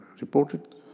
reported